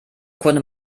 konnte